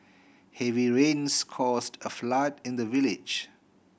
heavy rains caused a flood in the village